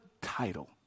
title